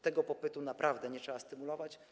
Tego popytu naprawdę nie trzeba stymulować.